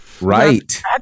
Right